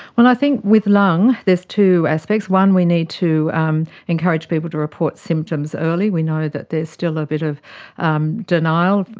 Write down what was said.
well, i think with lung there's two aspects. one, we need to um encourage people to report symptoms early. we know that there is still a bit of um denial,